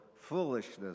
foolishness